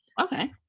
Okay